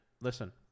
listen